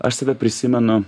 aš save prisimenu